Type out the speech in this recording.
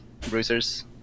Bruisers